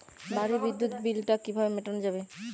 বাড়ির বিদ্যুৎ বিল টা কিভাবে মেটানো যাবে?